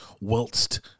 whilst